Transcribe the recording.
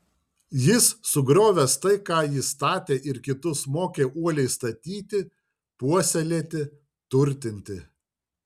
jis sugriovęs tai ką ji statė ir kitus mokė uoliai statyti puoselėti turtinti